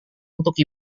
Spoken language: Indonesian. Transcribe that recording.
untuk